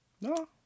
No